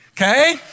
Okay